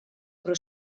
però